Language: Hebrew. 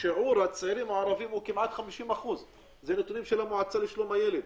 שיעור הצעירים הערבים כמעט 50%. אלה נתונים של המועצה לשלום הילד.